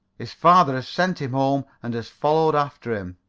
his father has sent him home and has followed after him.